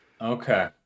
Okay